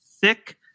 thick